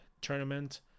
tournament